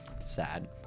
Sad